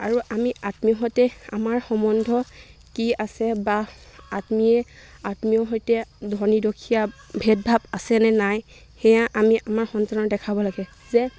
আৰু আমি আত্মীয় সৈতে আমাৰ সম্বন্ধ কি আছে বা আত্মীয় আত্মীয়ৰ সৈতে ধনী দুখীয়া ভেদভাৱ আছে নে নাই সেয়া আমি আমাৰ সন্তানক দেখাব লাগে যে